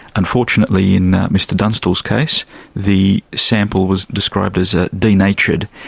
unfortunately in mr dunstall's case the sample was described as ah denatured,